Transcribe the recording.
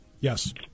Yes